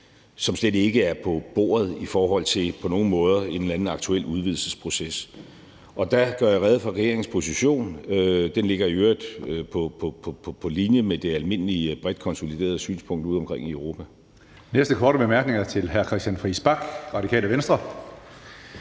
nogen måder er på bordet i forhold til en eller anden aktuel udvidelsesproces. Og der gør jeg rede for regeringens position, og den ligger i øvrigt på linje med det almindelige bredt konsoliderede synspunkt udeomkring i Europa.